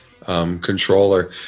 controller